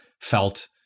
felt